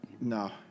No